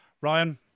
Ryan